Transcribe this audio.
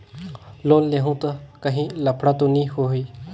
Loan लेहूं ता काहीं लफड़ा तो नी होहि?